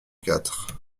quatre